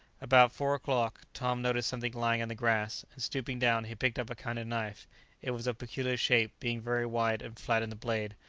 about four o'clock, tom noticed something lying in the grass, and stooping down he picked up a kind of knife it was of peculiar shape, being very wide and flat in the blade,